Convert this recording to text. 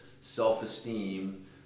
self-esteem